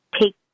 take